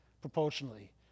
proportionally